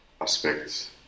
aspects